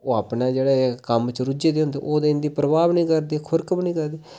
ओह् अपना जेह्ड़ा ऐ कम्म च रुज्झे दे होंदे ओह् ते इं'दी परवाह् बी नेईं करदे खुरक बी दिखदे